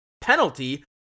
penalty